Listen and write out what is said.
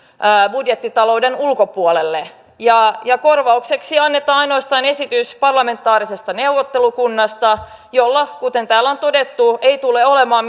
budjettitalouden ulkopuolelle ja ja korvaukseksi annetaan ainoastaan esitys parlamentaarisesta neuvottelukunnasta jolla kuten täällä on todettu ei tule olemaan